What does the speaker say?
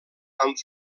amb